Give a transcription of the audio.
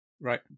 Right